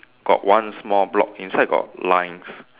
got one small block inside got lines